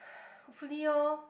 hopefully orh